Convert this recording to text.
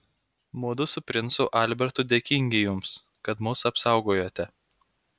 mudu su princu albertu dėkingi jums kad mus apsaugojote